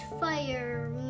fire